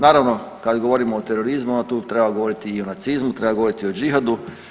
Naravno kad govorimo o terorizmu onda tu treba govoriti i o nacizmu, treba govoriti o džihadu.